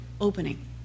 opening